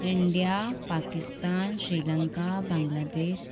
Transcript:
India Pakistan Sri Lanka Bangladesh